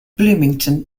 bloomington